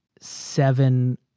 seven